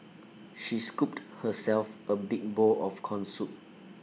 she scooped herself A big bowl of Corn Soup